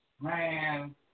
Man